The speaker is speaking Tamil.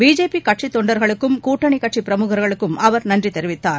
பிஜேபி கட்சித் தொண்டர்களுக்கும் கூட்டணி கட்சி பிரமுகர்களுக்கும் அவர் நன்றி தெரிவித்தார்